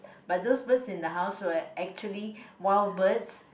but those birds in the house were actually wild birds